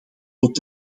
tot